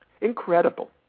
Incredible